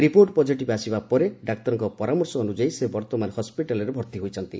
report positive ଆସିବା ପରେ ଡାକ୍ତରଙ୍କ ପରାମର୍ଶ ଅନୁଯାୟୀ ସେ ବର୍ତ୍ତମାନ ହସ୍କିଟାଲ୍ରେ ଭର୍ତ୍ତି ହୋଇଛନ୍ତି